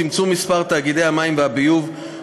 צמצום מספר תאגידי המים והביוב),